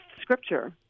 scripture